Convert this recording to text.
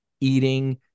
eating